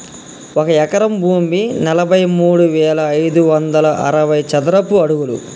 ఒక ఎకరం భూమి నలభై మూడు వేల ఐదు వందల అరవై చదరపు అడుగులు